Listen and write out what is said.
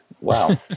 Wow